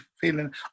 feeling